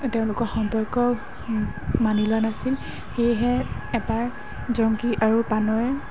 তেওঁলোকৰ সম্পৰ্ক মানি লোৱা নাছিল সেয়েহে এবাৰ জংকী আৰু পানৈ